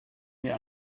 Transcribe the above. mir